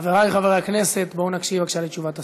חברי חברי הכנסת, בואו נקשיב, בבקשה, לתשובת השרה.